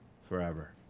forever